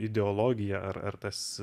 ideologija ar ar tas